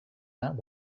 that